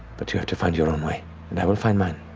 but you have to find your own way and i will find mine.